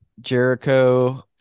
Jericho